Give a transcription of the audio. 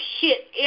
hit